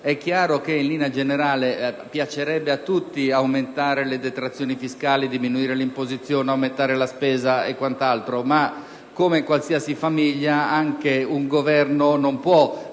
È chiaro che, in linea generale, piacerebbe a tutti aumentare le detrazioni fiscali, diminuire l'imposizione, aumentare la spesa e quant'altro ma, come qualsiasi famiglia, anche un Governo non può